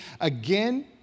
again